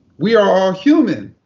we are all human,